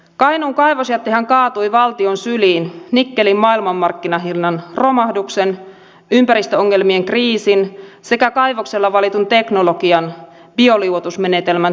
kainuun kaivosjätehän kaatui valtion syliin nikkelin maailmanmarkkinahinnan romahduksen ympäristöongelmien kriisin sekä kaivoksella valitun teknologian bioliuotusmenetelmän toimimattomuuden yhdistelmään